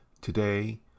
today